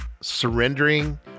surrendering